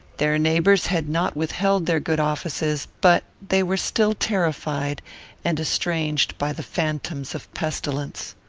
their neighbours had not withheld their good offices, but they were still terrified and estranged by the phantoms of pestilence.